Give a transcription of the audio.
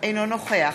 אינו נוכח